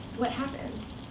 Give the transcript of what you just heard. what happens?